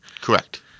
correct